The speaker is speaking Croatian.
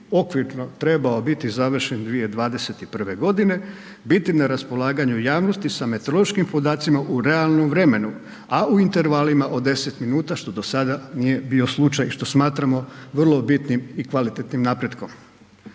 okvirno trebao biti završen 2021. godine biti na raspolaganju javnosti sa meteorološkim podacima u realnom vremenu, a u intervalima od 10 minuta što do sada nije bio slučaj i što smatramo vrlo bitnim i kvalitetnim napretkom.